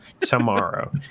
tomorrow